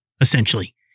essentially